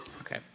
Okay